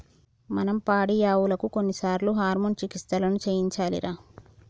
మనం పాడియావులకు కొన్నిసార్లు హార్మోన్ చికిత్సలను చేయించాలిరా